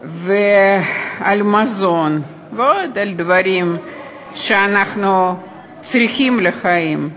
למזון ולעוד דברים שאנחנו צריכים לחיים.